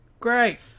Great